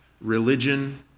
religion